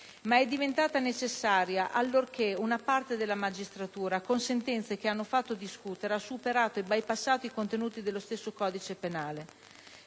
però diventata necessaria allorché una parte della magistratura, con sentenze che hanno fatto discutere, ha superato e bypassato i contenuti dello stesso codice penale.